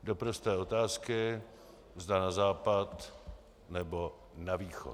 Do prosté otázky, zda na Západ, nebo na Východ.